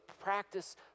practice